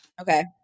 Okay